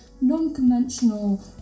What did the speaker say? non-conventional